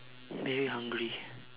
very hungry